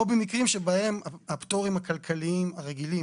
או במקרים בהם הפטורים הכלכליים הרגילים